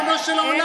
ריבונו של עולם.